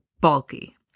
bulky